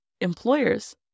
employers